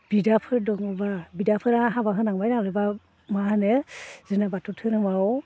बिदाफोर दङबा बिदाफोरा हाबा होनांबाय नालाय बा मा होनो जोंना बाथौ धोरोमाव